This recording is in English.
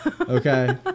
Okay